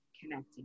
connecting